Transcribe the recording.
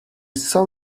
saw